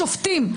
שופטים,